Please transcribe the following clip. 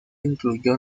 incluyó